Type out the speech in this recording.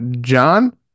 John